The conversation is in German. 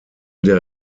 der